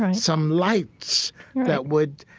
um some lights that would,